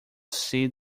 see